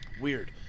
weird